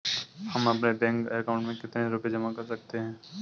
हम अपने bank account में कितने रुपये जमा कर सकते हैं?